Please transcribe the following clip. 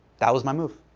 that was my move.